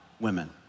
women